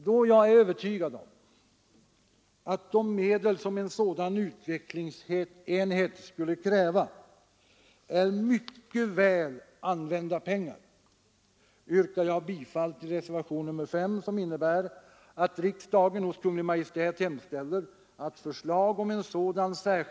Då jag är övertygad om att de medel som en sådan utvecklingsenhet skulle kräva är mycket väl använda pengar yrkar jag bifall till reservationen 5, som innebär att riksdagen hos Kungl. Maj:t hemställer att förslag om en gen.